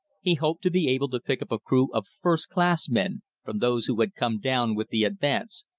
he hoped to be able to pick up a crew of first-class men from those who had come down with the advance,